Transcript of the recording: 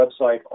website